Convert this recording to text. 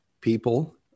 people